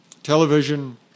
television